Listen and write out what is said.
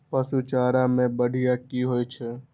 पशु चारा मैं बढ़िया की होय छै?